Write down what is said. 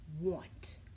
want